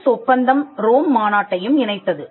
drips ஒப்பந்தம் Rome மாநாட்டையும் இணைத்தது